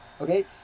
okay